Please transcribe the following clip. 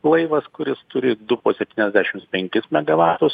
laivas kuris turi du po septyniasdešimts penkis megavatus